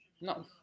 No